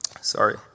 Sorry